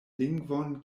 lingvon